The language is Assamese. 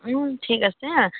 ওম ঠিক আছে